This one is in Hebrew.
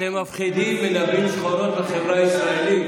אתם מפחידים, מנבאים שחורות לחברה הישראלית.